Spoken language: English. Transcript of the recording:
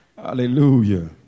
Hallelujah